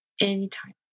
anytime